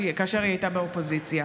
כאשר היא הייתה באופוזיציה.